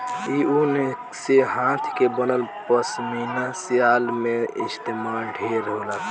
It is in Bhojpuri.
इ ऊन से हाथ के बनल पश्मीना शाल में इस्तमाल ढेर होला